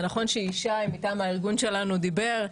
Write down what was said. זה נכון שישי מטעם הארגון שלנו דיבר,